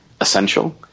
essential